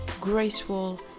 graceful